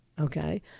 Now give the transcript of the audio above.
okay